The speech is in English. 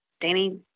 Danny